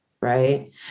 right